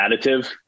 additive